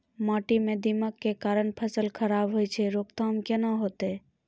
माटी म दीमक के कारण फसल खराब होय छै, रोकथाम केना होतै?